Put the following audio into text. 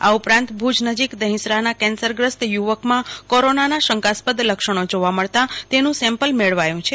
આ ઉપરાંત ભુજ નજીક દહિંસરાના કેન્સર ગ્રસ્ત યુવકમાં કોરોના ના શંકાસ્પદ લક્ષ્ણો જોવા મળતાં તેનું સેમ્પલ મેળવાયુ છે